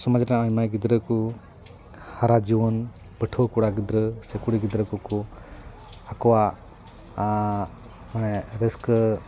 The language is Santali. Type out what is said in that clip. ᱥᱚᱢᱟᱡᱽ ᱨᱮᱱ ᱟᱭᱢᱟ ᱜᱤᱫᱽᱨᱟᱹ ᱠᱚ ᱦᱟᱨᱟ ᱡᱩᱣᱟᱹᱱ ᱯᱟᱹᱴᱷᱩᱣᱟᱹ ᱠᱚᱲᱟ ᱜᱤᱫᱽᱨᱟᱹ ᱥᱮ ᱠᱩᱲᱤ ᱜᱤᱫᱽᱨᱟᱹ ᱠᱚᱠᱚ ᱟᱠᱚᱣᱟᱜ ᱢᱟᱱᱮ ᱨᱟᱹᱥᱠᱟᱹ